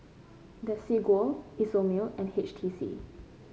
Desigual Isomil and H T C